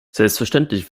selbstverständlich